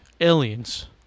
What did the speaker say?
aliens